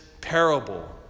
parable